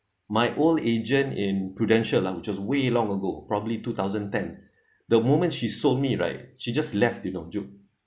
my all agent in prudential ah which is way long ago probably two thousand ten the woman she saw me right she just left you know